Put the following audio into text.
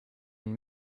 and